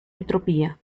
entropía